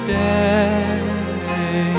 day